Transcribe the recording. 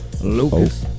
Lucas